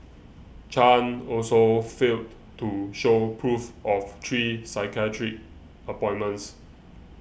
chan also failed to show proof of three psychiatric appointments